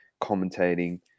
commentating